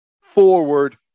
forward